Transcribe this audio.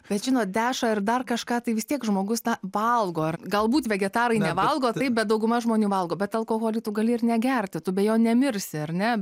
bet žinot dešrą ir dar kažką tai vis tiek žmogus na valgo ar galbūt vegetarai nevalgo taip bet dauguma žmonių valgo bet alkoholį tu gali ir negerti tu be jo nemirsi ar ne